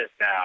now